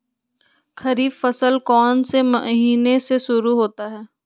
खरीफ फसल कौन में से महीने से शुरू होता है?